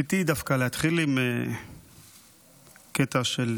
"חצי עולם בדוחק מתקיים, / חצי עולם שונא חצי,